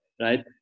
right